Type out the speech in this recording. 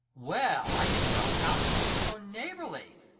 well, i didn't know countesses were so neighbourly.